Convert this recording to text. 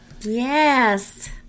Yes